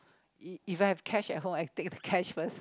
if if I have cash at home I take the cash first